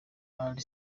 ally